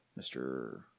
Mr